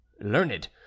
learned